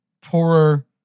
poorer